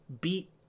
beat